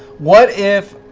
what if,